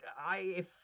I—if